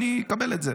אני אקבל את זה,